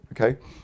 Okay